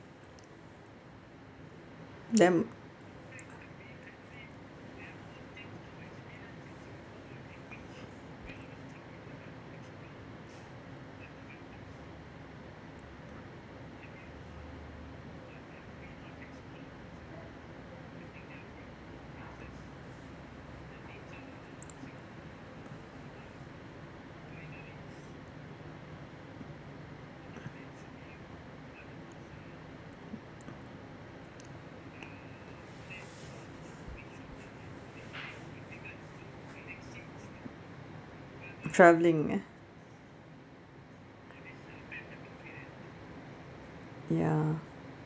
them travelling ya